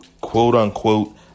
quote-unquote